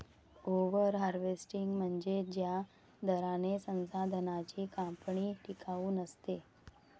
over harvesting म्हणजे ज्या दराने संसाधनांची कापणी टिकाऊ नसते